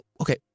Okay